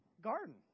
garden